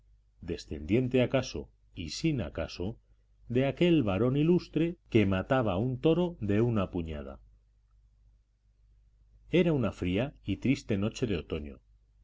descendiente acaso y sin acaso de aquel varón ilustre que mataba un toro de una puñada era una fría y triste noche de otoño